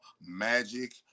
magic